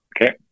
okay